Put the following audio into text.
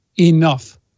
enough